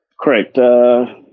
Correct